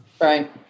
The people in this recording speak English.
Right